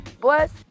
Bless